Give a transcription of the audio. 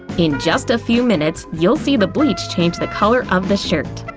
in just a few minutes, you'll see the bleach change the color of the shirt!